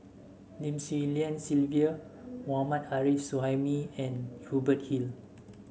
Lim Swee Lian Sylvia Mohammad Arif Suhaimi and Hubert Hill